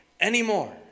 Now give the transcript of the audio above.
anymore